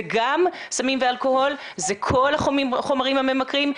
זה גם סמים ואלכוהול, זה כל החומרים הממכרים.